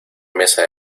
mesa